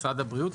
משרד הבריאות,